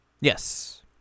Yes